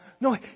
No